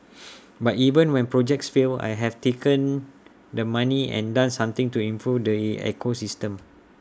but even when projects fail I have taken the money and done something to improve the ecosystem